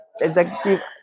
executive